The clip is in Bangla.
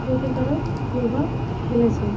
ক্ষতিকারক প্রভাব ফেলেছে